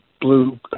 blue